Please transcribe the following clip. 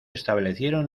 establecieron